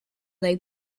they